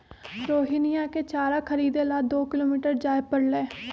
रोहिणीया के चारा खरीदे ला दो किलोमीटर जाय पड़लय